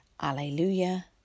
Alleluia